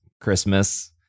Christmas